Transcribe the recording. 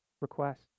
request